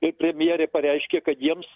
ir premjerė pareiškė kad jiems